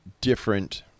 different